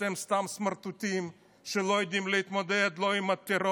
אתם סתם סמרטוטים שלא יודעים להתמודד עם הטרור,